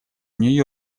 нью